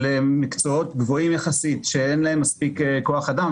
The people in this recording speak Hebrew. של מקצועות גבוהים יחסית שאין להם מספיק כוח אדם,